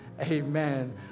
amen